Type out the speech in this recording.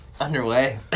Underway